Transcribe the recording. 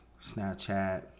Snapchat